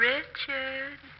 Richard